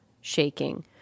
shaking